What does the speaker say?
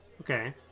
okay